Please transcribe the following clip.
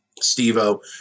Steve-O